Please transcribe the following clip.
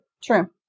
True